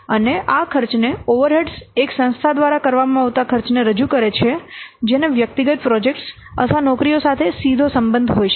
અને આ ખર્ચને ઓવરહેડ્સ એક સંસ્થા દ્વારા કરવામાં આવતા ખર્ચને રજૂ કરે છે જેને વ્યક્તિગત પ્રોજેક્ટ્સ અથવા નોકરીઓ સાથે સીધો સંબંધ હોઈ શકે